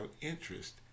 interest